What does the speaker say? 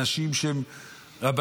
אנשים שהם רבנים,